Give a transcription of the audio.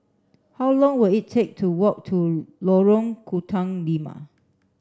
how long will it take to walk to Lorong Tukang Lima